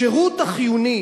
השירות החיוני